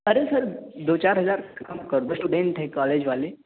ارے sir دو چار ہزار کم کر دو اسٹوڈنٹ ہیں کالج والے